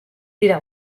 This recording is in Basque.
dira